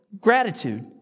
gratitude